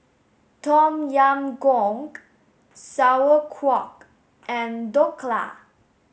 Tom Yam Goong Sauerkraut and Dhokla